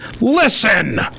listen